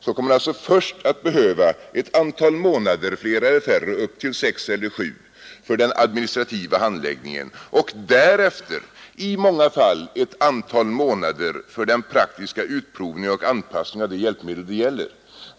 Då kommer man först att behöva ett antal månader — fler eller färre, upp till sex eller sju — för den administrativa handläggningen och därefter i många fall ett antal månader för den praktiska utprovningen och anpassningen av de hjälpmedel det gäller.